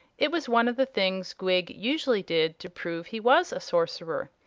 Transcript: it was one of the things gwig usually did to prove he was a sorcerer.